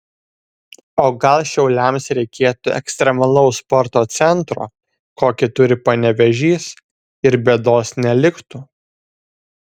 o gal šiauliams reikėtų ekstremalaus sporto centro kokį turi panevėžys ir bėdos neliktų